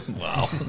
Wow